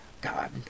God